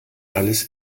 alles